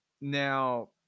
Now